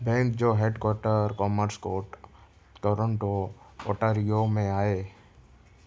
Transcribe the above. bank जो headquarter commerce court Toronto Ontario में आहे